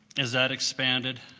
as that expanded,